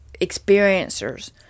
experiencers